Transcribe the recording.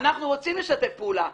אנחנו רוצים לשתף פעולה.